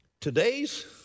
Today's